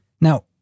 Now